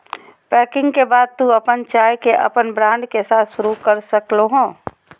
packing के बाद तू अपन चाय के अपन ब्रांड के साथ शुरू कर सक्ल्हो हें